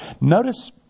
Notice